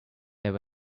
there